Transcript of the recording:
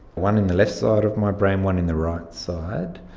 one in the left side of my brain, one in the right side.